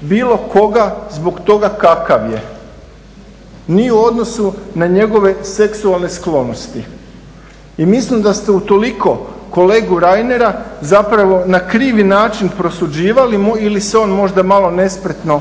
bilo koga zbog toga kakav je, ni u odnosu na njegove seksualne sklonosti. I mislim da ste utoliko kolegu Reinera zapravo na krivi način prosuđivali ili se on možda malo nespretno